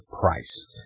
price